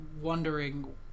wondering